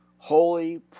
Holy